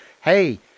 hey